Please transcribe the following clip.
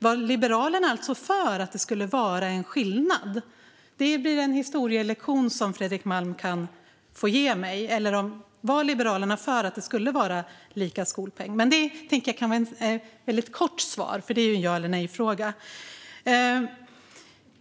Var Liberalerna alltså för att det skulle vara en skillnad? Det blir en historielektion som Fredrik Malm kan få ge mig. Eller var Liberalerna för att det skulle vara likadan skolpeng? Men det kan bli ett väldigt kort svar, för det är en ja eller nej-fråga.